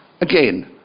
Again